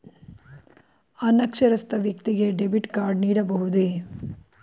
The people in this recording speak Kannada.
ಅನಕ್ಷರಸ್ಥ ವ್ಯಕ್ತಿಗೆ ಡೆಬಿಟ್ ಕಾರ್ಡ್ ನೀಡಬಹುದೇ?